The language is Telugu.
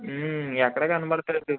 ఎక్కడ కనపడతలేదు